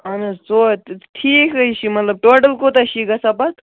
اَہن حظ ژو ٹھیٖک حظ چھِ مطلب ٹوٹَل کوٗتاہ چھِ یہِ گژھان پَتہٕ